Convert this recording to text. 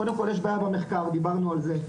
קודם כל יש בעיה במחקר דיברנו על זה,